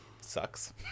sucks